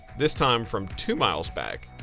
this time from two miles back.